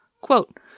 Quote